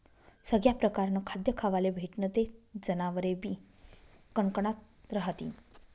सगया परकारनं खाद्य खावाले भेटनं ते जनावरेबी कनकनात रहातीन